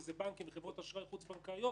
שזה בנקים וחברות אשראי חוץ-בנקאיות,